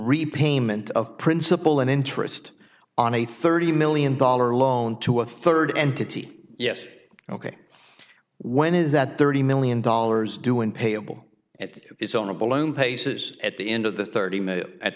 repayment of principal and interest on a thirty million dollar loan to a third entity yes ok when is that thirty million dollars due and payable it is on a balloon paces at the end of the thirty minute at